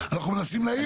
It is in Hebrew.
אנחנו מנסים להעיר אותם.